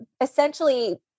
essentially